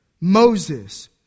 Moses